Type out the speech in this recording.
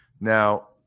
Now